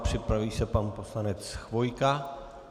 Připraví se pan poslanec Chvojka.